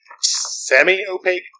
semi-opaque